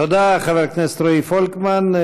תודה, חבר הכנסת רועי פולקמן.